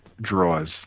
draws